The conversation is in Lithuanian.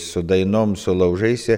su dainom su laužais